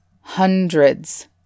hundreds